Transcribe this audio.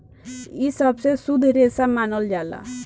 इ सबसे शुद्ध रेसा मानल जाला